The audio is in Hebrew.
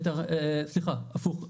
סליחה הפוך,